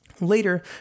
Later